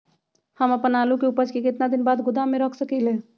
हम अपन आलू के ऊपज के केतना दिन बाद गोदाम में रख सकींले?